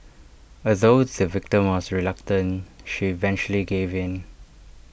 although the victim was reluctant she eventually gave in